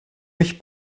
mich